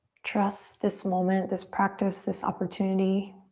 trust this moment, this practice, this opportunity